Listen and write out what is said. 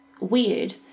weird